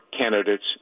candidates